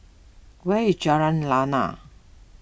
where is Jalan Lana